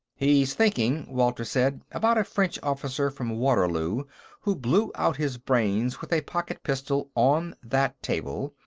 he's thinking, walter said, about a french officer from waterloo who blew out his brains with a pocket-pistol on that table,